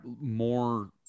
more